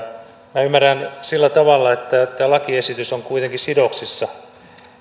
minä ymmärrän sillä tavalla että tämä lakiesitys on kuitenkin sidoksissa